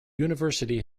university